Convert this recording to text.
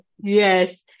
Yes